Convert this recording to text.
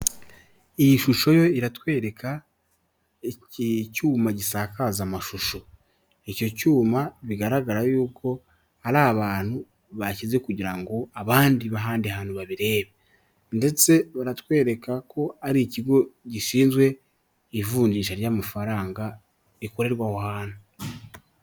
Iyi shusho yo iratwereka iki cyuma gisakaza amashusho, icyo cyuma bigaragara y'uko hari abantu bashyize kugira ngo abandi bahandi hantu babirebe, ndetse baratwereka ko ari ikigo gishinzwe ivunjisha ry'amafaranga rikorerwa aho hantu.